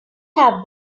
have